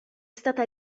stata